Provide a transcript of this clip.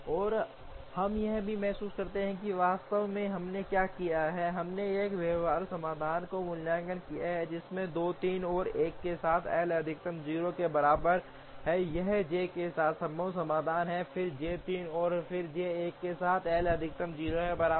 और हम यह भी महसूस करते हैं कि वास्तव में हमने क्या किया है हमने एक व्यवहार्य समाधान का मूल्यांकन किया है जिसमें 2 3 और 1 के साथ L अधिकतम 0 के बराबर है यह J 2 के साथ संभव समाधान है फिर J 3 और फिर J 1 के साथ L अधिकतम 0 के बराबर